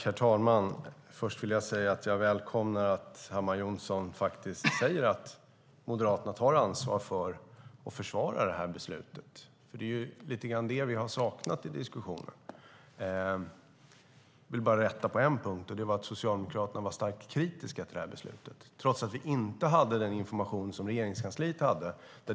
Herr talman! Först vill jag säga att jag välkomnar att Hammar Johnsson faktiskt säger att Moderaterna tar ansvar för och försvarar beslutet, för det är lite grann det som vi har saknat i diskussionen. Jag vill bara rätta henne på en punkt. Socialdemokraterna var starkt kritiska till beslutet, trots att vi inte hade den information som Regeringskansliet hade.